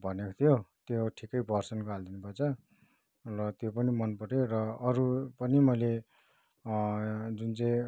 भनेको थियो त्यो ठिकै भर्सनको हालदिनु भएछ र त्यो पनि मनपऱ्यो र अरू पनि मैले जुन चाहिँ